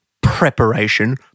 preparation